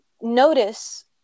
notice